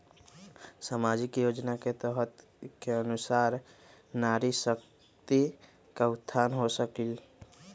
सामाजिक योजना के तहत के अनुशार नारी शकति का उत्थान हो सकील?